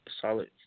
solid